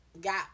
Got